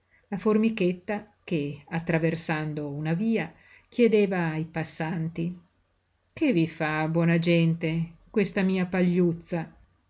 la formichetta che attraversando una via chiedeva ai passanti che vi fa buona gente questa mia pagliuzza